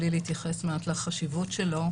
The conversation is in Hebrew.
בלי להתייחס מעט לחשיבות שלו.